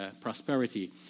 prosperity